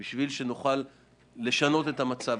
כדי לשנות את המצב.